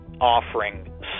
offering